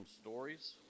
stories